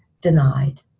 denied